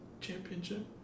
championship